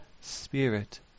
spirit